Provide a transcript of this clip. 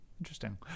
interesting